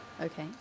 Okay